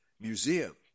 Museum